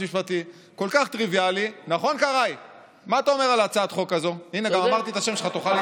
רק בישראל בנצי גופשטיין יכול לקרוא